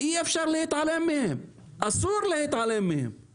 אי אפשר להתעלם מהם, אסור להתעלם מהם.